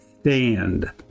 stand